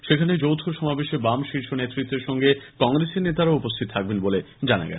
সেখানে যৌথ সমাবেশে বাম শীর্ষ নেতৃত্বের সঙ্গে কংগ্রেসের নেতারাও উপস্থিত থাকবেন বলে জানা গেছে